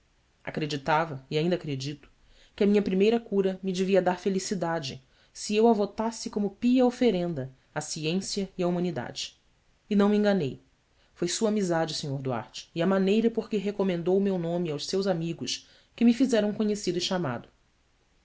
acreditava e ainda acredito que a minha primeira cura me devia dar felicidade se eu a votasse como pia oferenda à ciência e à humanidade e não me enganei foi sua amizade sr duarte e a maneira por que recomendou o meu nome aos seus amigos que me fizeram conhecido e chamado